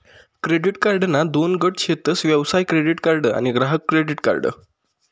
credit कार्डना दोन गट शेतस व्यवसाय क्रेडीट कार्ड आणि ग्राहक क्रेडीट कार्ड